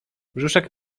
brzuszek